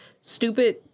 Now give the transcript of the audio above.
stupid